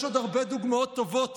יש עוד הרבה דוגמאות טובות